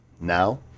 Now